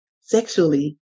sexually